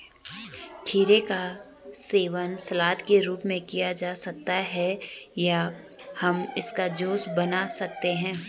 खीरे का सेवन सलाद के रूप में किया जा सकता है या हम इसका जूस बना सकते हैं